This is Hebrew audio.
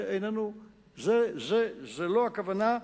זאת לא הכוונה,